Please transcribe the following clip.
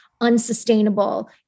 unsustainable